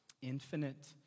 Infinite